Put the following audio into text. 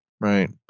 right